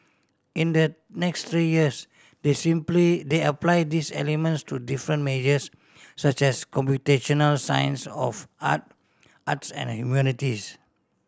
in the next three years they seem play they are apply these elements to different majors such as computational science of art arts and humanities